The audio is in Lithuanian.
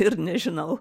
ir nežinau